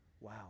Wow